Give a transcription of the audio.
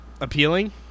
appealing